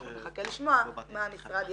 אנחנו נחכה לשמוע מה המשרד יגיד.